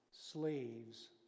slaves